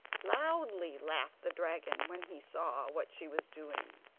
loudly laughed the dragon when he saw what she was doing.